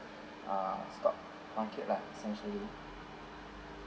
ah stock market lah essentially